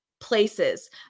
places